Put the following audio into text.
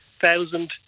thousand